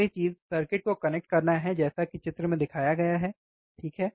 पहली चीज सर्किट को कनेक्ट करना है जैसा कि चित्र में दिखाया गया है ठीक है